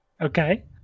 Okay